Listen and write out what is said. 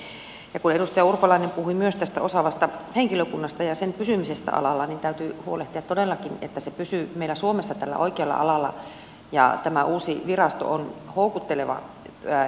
ja kun edustaja urpalainen puhui myös tästä osaavasta henkilökunnasta ja sen pysymisestä alalla niin täytyy huolehtia todellakin että se pysyy meillä suomessa tällä oikealla alalla ja tämä uusi virasto on houkutteleva henkilöstön kannalta